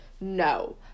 no